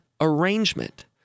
arrangement